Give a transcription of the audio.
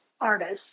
artists